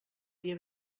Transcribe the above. dia